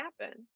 happen